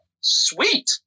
sweet